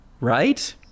right